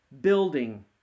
building